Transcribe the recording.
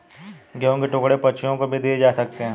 गेहूं के टुकड़े पक्षियों को भी दिए जा सकते हैं